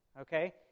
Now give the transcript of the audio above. Okay